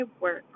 work